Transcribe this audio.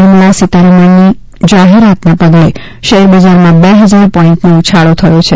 નિર્મલા સિતારમણની જાહેરાતના પગલે શેરબજારમાં બે હજાર પોઈન્ટનો ઉછાળો થયો છે